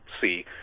see